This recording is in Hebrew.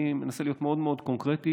אני אנסה להיות מאוד מאוד קונקרטי